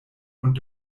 und